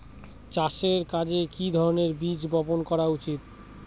চাষের কাজে কি ধরনের বীজ বপন করা উচিৎ?